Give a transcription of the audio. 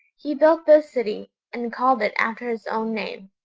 he built this city, and called it after his own name.